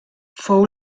fou